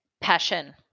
passion